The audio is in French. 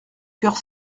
cœur